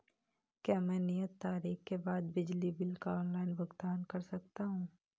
क्या मैं नियत तारीख के बाद बिजली बिल का ऑनलाइन भुगतान कर सकता हूं?